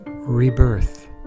rebirth